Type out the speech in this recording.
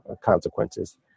consequences